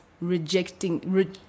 rejecting